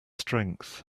strength